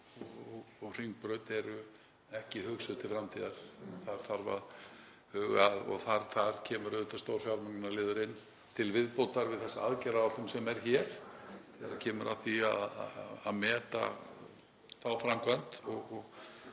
og Hringbraut er ekki hugsað til framtíðar og þar kemur auðvitað stór fjármögnunarliður inn til viðbótar við þessa aðgerðaáætlun sem er hér þegar kemur að því að meta þá framkvæmd